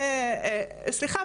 סליחה,